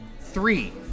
three